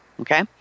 okay